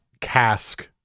cask